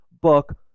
book